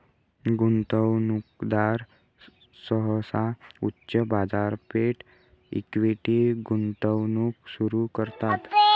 गुंतवणूकदार सहसा उच्च बाजारपेठेत इक्विटी गुंतवणूक सुरू करतात